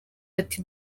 ati